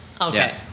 Okay